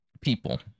people